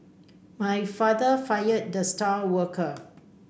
my father fired the star worker